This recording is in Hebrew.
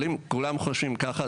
כולם חושבים ככה,